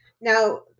Now